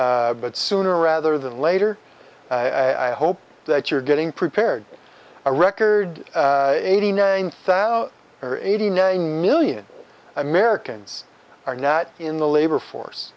it but sooner rather than later i hope that you're getting prepared a record eighty nine or eighty nine million americans are not in the labor force